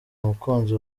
umukunzi